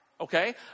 okay